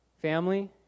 Family